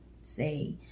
Say